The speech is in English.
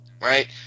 right